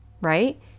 right